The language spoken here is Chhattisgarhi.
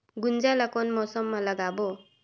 गुनजा ला कोन मौसम मा लगाबो?